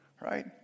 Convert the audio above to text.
right